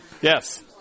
Yes